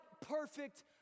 perfect